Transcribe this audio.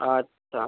আচ্ছা